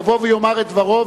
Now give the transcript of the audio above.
יבוא ויאמר את דברו,